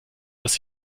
dass